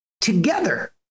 together